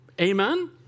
Amen